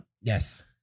Yes